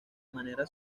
manera